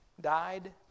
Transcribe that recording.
died